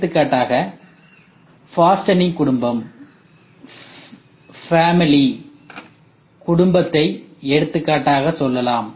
எடுத்துக்காட்டாக ஃபாஸ்டனிங் குடும்பம் ஃபேமிலி குடும்பத்தை எடுத்துக்காட்டாக சொல்லலாம்